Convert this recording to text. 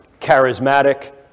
charismatic